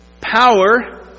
power